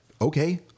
Okay